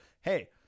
hey